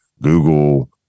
Google